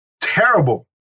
terrible